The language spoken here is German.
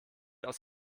aus